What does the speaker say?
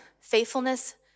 faithfulness